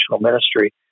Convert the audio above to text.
ministry